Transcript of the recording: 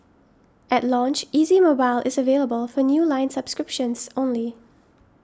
at launch Easy Mobile is available for new line subscriptions only